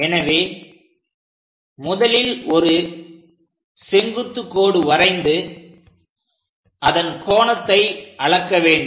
எனவே முதலில் ஒரு செங்குத்து கோடு வரைந்து அதன் கோணத்தை அளக்க வேண்டும்